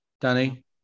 Danny